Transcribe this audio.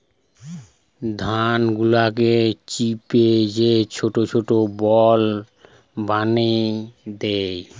ধান গুলাকে চিপে যে ছোট ছোট বল বানি দ্যায়